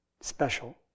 special